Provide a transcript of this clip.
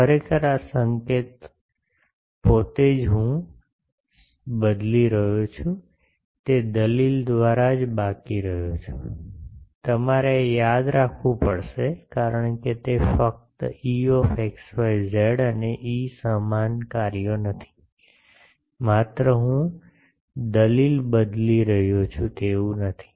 ખરેખર આ સંકેત પોતે જ હું બદલી રહ્યો છું તે દલીલ દ્વારા જ બાકી રહ્યો છું તમારે આ યાદ રાખવું પડશે કારણ કે તે ફક્ત E અને E સમાન કાર્યો નથી માત્ર હું દલીલ બદલી રહ્યો છું તેવું નથી